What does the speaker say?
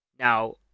Now